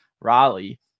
Raleigh